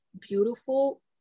beautiful